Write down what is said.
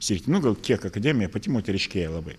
srity nu gal kiek akademija pati moteriškėja labai